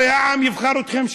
הרי העם יבחר אתכם שוב.